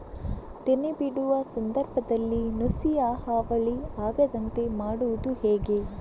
ತೆನೆ ಬಿಡುವ ಸಂದರ್ಭದಲ್ಲಿ ನುಸಿಯ ಹಾವಳಿ ಆಗದಂತೆ ಮಾಡುವುದು ಹೇಗೆ?